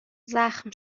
زخم